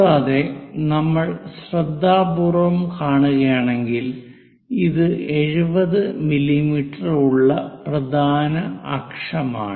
കൂടാതെ നമ്മൾ ശ്രദ്ധാപൂർവ്വം കാണുകയാണെങ്കിൽ ഇത് 70 മില്ലീമീറ്റർ ഉള്ള പ്രധാന അക്ഷമാണ്